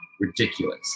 ridiculous